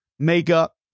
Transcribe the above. makeup